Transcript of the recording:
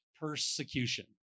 persecution